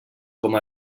com